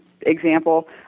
example